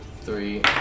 three